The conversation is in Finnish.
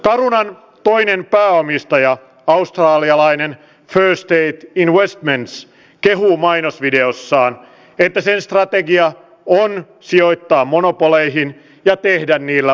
carunan toinen pääomistaja australialainen first state investments kehuu mainosvideossaan että sen strategia on sijoittaa monopoleihin ja tehdä niillä voittoa